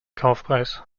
kaufpreis